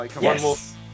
Yes